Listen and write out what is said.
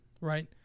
right